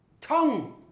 tongue